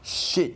shit